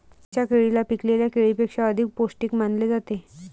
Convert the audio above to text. कच्च्या केळीला पिकलेल्या केळीपेक्षा अधिक पोस्टिक मानले जाते